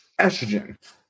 Estrogen